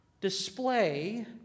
display